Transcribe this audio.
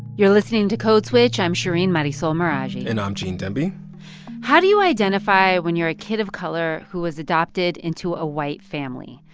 you're listening to code switch. i'm shereen marisol meraji and i'm gene demby how do you identify when you're a kid of color who was adopted into a white family?